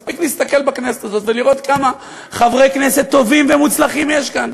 מספיק להסתכל בכנסת הזאת ולראות כמה חברי כנסת טובים ומוצלחים יש כאן.